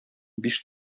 биш